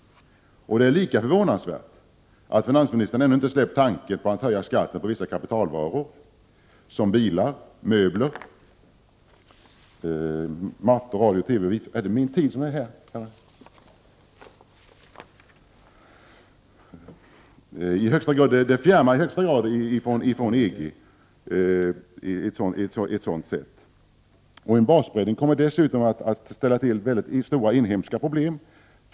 Det är lika förvånansvärt att finansministern ännu inte släppt tanken på att höja skatten på vissa kapitalvaror såsom bilar, möbler, mattor, radio, TV och s.k. vitvaror m.m. En sådan beskattning innebär i högsta grad ett fjärmande från EG. En basbreddning kommer också att ställa till mycket stora inhemska problem.